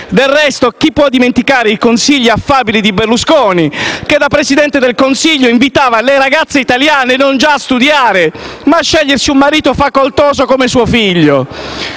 Del resto, chi può dimenticare i consigli affabili di Berlusconi, che da Presidente del Consiglio invitava le ragazze italiane non già a studiare, ma a scegliersi un marito facoltoso come suo figlio?